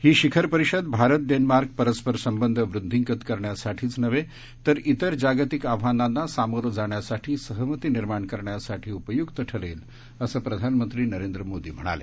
ही शिखर परिषद भारत डेन्मार्क परस्पर संबंध वृद्धींगत करण्यासाठीच नव्हे तर इतर जागतिक आव्हानांना सामोरं जाण्यासाठी सहमती निर्माण करण्यासाठी उपयुक्त ठरेल असं प्रधानमंत्री नरेंद्र मोदी म्हणाले